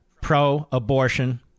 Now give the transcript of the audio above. pro-abortion